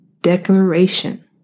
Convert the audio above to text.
declaration